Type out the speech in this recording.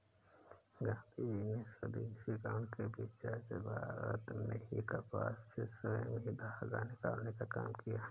गाँधीजी ने स्वदेशीकरण के विचार से भारत में ही कपास से स्वयं ही धागा निकालने का काम किया